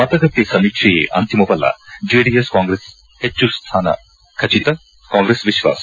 ಮತಗಟ್ಟೆ ಸಮೀಕ್ಷೆಯೇ ಅಂತಿಮವಲ್ಲ ಜೆಡಿಎಸ್ ಕಾಂಗ್ರೆಸ್ಗೆ ಹೆಚ್ಚು ಸ್ಥಾನ ಖಚಿತ ಕಾಂಗ್ರೆಸ್ ವಿಶ್ವಾಸ